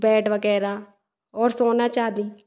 bed वगैरह और सोना चाँदी